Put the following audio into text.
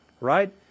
Right